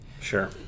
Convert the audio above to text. sure